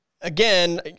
again